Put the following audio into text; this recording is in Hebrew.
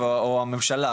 או הממשלה,